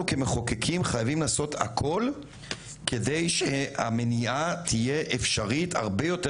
כמחוקקים חייבים לעשות הכול כדי שהמניעה תהיה אפשרית הרבה יותר